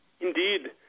Indeed